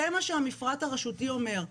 זה מה שמהפרט הרשותי אומר.